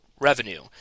revenue